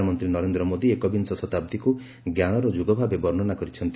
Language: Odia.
ପ୍ରଧାନମନ୍ତ୍ରୀ ନରେନ୍ଦ୍ର ମୋଦୀ ଏକବିଂଶ ଶତାବ୍ଦୀକୁ ଜ୍ଞାନର ଯୁଗ ଭାବେ ବର୍ଣ୍ଣନା କରିଛନ୍ତି